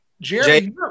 Jerry –